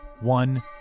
one